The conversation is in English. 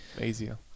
easier